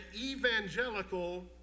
evangelical